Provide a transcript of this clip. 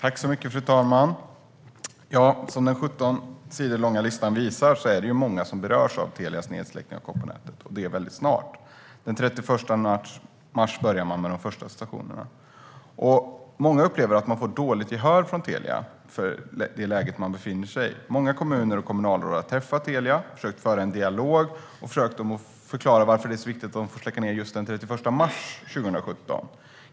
Fru talman! Som den 17 sidor långa listan visar berörs många av Telias nedsläckning av kopparnätet, och det sker väldigt snart. Den 31 mars börjar man med de första stationerna. Många upplever att de får dåligt gehör från Telia för vilket läge de befinner sig i. Många kommuner och kommunalråd har träffat Telia och har försökt att föra en dialog. De har försökt att få bolaget att förklara varför det är så viktigt att släcka ned den 31 mars 2017.